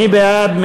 מי בעד?